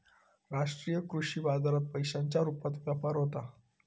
राष्ट्रीय कृषी बाजारात पैशांच्या रुपात व्यापार होता